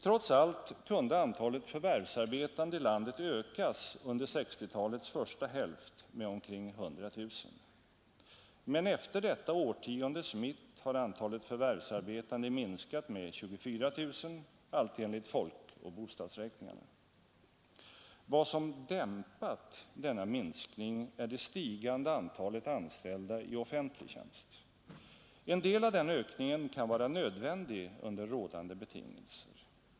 Trots allt kunde antalet förvärvsarbetande i landet ökas under 1960-talets första hälft med omkring 100 000. Men efter detta årtiondes mitt har antalet förvärvsarbetande minskat med 24 000, allt enligt folkoch bostadsräkningarna. Vad som dämpat minskningen är det stigande antalet anställda i offentlig tjänst. En del av denna ökning kan vara nödvändig under rådande betingelser.